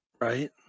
Right